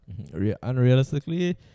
Unrealistically